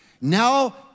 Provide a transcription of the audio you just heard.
Now